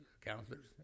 counselors